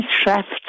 shafts